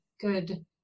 good